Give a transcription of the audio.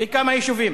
מכמה יישובים,